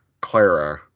Clara